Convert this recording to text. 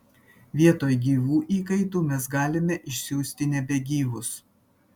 vietoj gyvų įkaitų mes galime išsiųsti nebegyvus